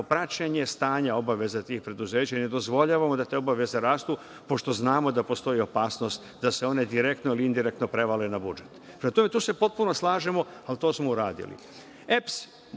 praćenje stanja obaveza tih preduzeća i ne dozvoljavamo da te obaveze rastu, pošto znamo da postoji opasnost da se one direktno ili indirektno prevale na budžet. Tu se potpuno slažemo, ali to smo